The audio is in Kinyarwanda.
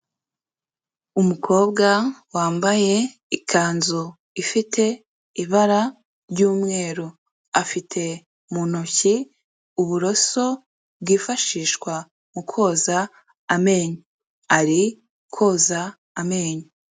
Umukobwa wambaye ikanzu ifite ibara ry'umweru, afite mu ntoki uburoso bwifashishwa mu koza amenyo, ari koza amenyo.